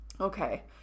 Okay